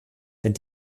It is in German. denn